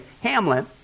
Hamlet